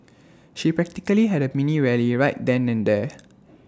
she practically had A mini rally right then and there